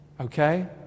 Okay